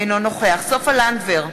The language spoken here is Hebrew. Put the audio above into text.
אינו נוכח סופה לנדבר,